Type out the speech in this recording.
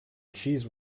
cheese